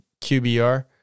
QBR